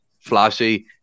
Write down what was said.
Flashy